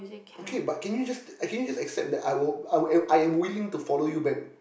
okay but can you just take can you just accept that I will I will I am willing to follow you back